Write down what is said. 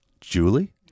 Julie